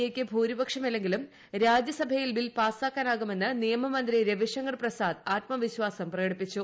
എയ്ക്ക് ഭൂരിപക്ഷമില്ലെങ്കിലും രാജ്യസഭയിൽ ബിൽ പാസാക്കാനാകുമെന്ന് നിയമമന്ത്രി രവിശങ്കർ പ്രസാദ് ആത്മവിശ്വാസം പ്രകടിപ്പിച്ചു